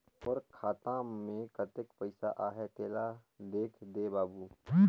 मोर खाता मे कतेक पइसा आहाय तेला देख दे बाबु?